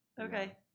Okay